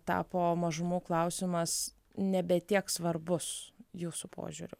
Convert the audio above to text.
tapo mažumų klausimas nebe tiek svarbus jūsų požiūriu